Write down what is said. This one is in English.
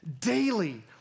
daily